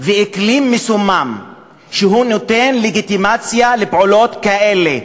ואקלים מסומם שנותן לגיטימציה לפעולות כאלה,